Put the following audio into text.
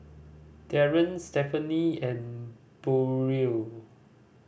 Darren Stefanie and Burrell